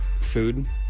food